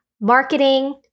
marketing